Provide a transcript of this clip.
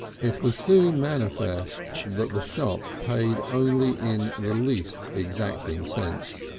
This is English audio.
it was soon manifest the the shop paid only in the least exacting sense,